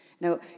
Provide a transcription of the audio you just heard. Now